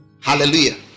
hallelujah